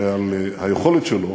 ועל היכולת שלו